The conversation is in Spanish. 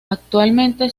actualmente